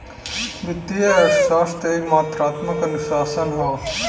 वित्तीय अर्थशास्त्र एक मात्रात्मक अनुशासन हौ